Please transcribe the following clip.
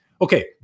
okay